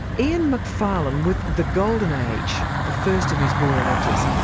ian macfarlane with the golden age, the first of his boyer lectures,